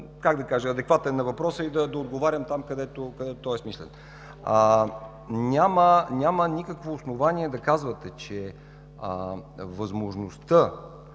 как да кажа, адекватен въпроса и да отговарям там, където той е смислен. Няма никакво основание да казвате, че възможността